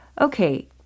okay